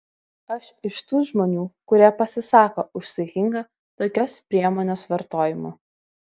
aš iš tų žmonių kurie pasisako už saikingą tokios priemonės vartojimą